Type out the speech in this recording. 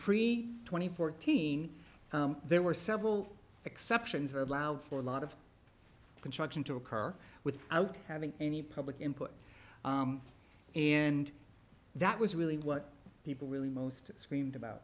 free twenty fourteen there were several exceptions allowed for a lot of construction to occur without having any public input and that was really what people really most screamed about